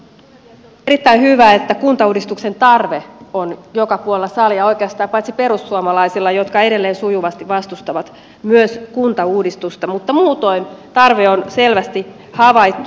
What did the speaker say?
on erittäin hyvä että kuntauudistuksen tarve on havaittu joka puolella salia oikeastaan paitsi perussuomalaisten suunnalta jotka edelleen sujuvasti vastustavat myös kuntauudistusta mutta muutoin tarve on selvästi havaittu